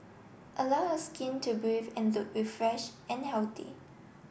allow your skin to breathe and look refresh and healthy